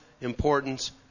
importance